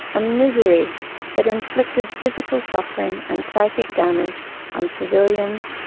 a misery that inflicted physical suffering and psychic damage on civilians,